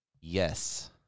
Yes